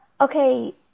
Okay